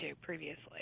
previously